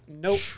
Nope